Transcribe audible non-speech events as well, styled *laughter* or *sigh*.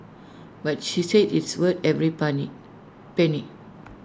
but she said it's worth every *unintelligible* penny